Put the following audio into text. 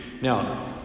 Now